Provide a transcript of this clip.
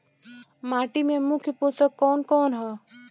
माटी में मुख्य पोषक कवन कवन ह?